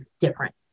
different